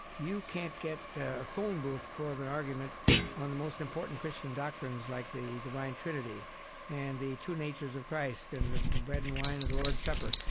you can't get a phone booth full of an argument on the most important christian doctrines like the divine trinity and the two natures of christ and the bread and wine of the lord's supper.